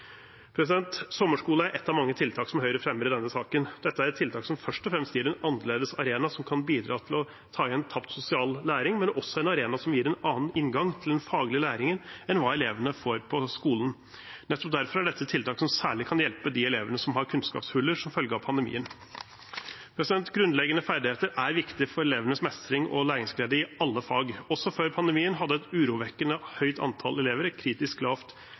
er et av mange tiltak som Høyre fremmer i denne saken. Dette er et tiltak som først og fremst gir en annerledes arena som kan bidra til å ta igjen tapt sosial læring, men også en arena som gir en annen inngang til den faglige læringen enn hva elevene får på skolen. Nettopp derfor er dette et tiltak som særlig kan hjelpe de elevene som har kunnskapshuller som følge av pandemien. Grunnleggende ferdigheter er viktig for elevenes mestring og læringsglede i alle fag. Også før pandemien hadde et urovekkende høyt antall elever et kritisk lavt